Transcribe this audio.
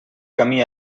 camí